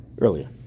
Earlier